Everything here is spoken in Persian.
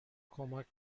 کمک